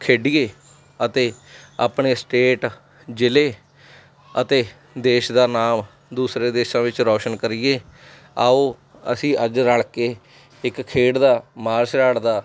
ਖੇਡੀਏ ਅਤੇ ਆਪਣੇ ਸਟੇਟ ਜ਼ਿਲ੍ਹੇ ਅਤੇ ਦੇਸ਼ ਦਾ ਨਾਮ ਦੂਸਰੇ ਦੇਸ਼ਾਂ ਵਿੱਚ ਰੌਸ਼ਨ ਕਰੀਏ ਆਓ ਅਸੀਂ ਅੱਜ ਰਲ ਕੇ ਇੱਕ ਖੇਡ ਦਾ ਮਾਰਸ਼ਲ ਆਰਟ ਦਾ